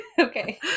Okay